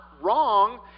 wrong